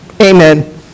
amen